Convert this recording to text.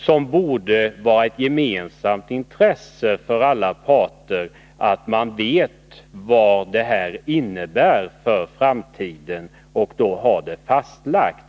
Det borde vara ett gemensamt intresse för alla parter att man vet vad detta innebär för framtiden och få det fastlagt.